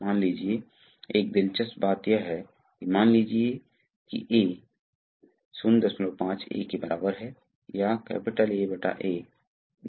तो बल पर इसलिए अब स्प्रिंग बल के कारण यदि आप फ्री बॉडी डायग्राम्स देखें तो स्प्रिंग बल यहाँ है और दबाव बल यहाँ हैं इन पर भी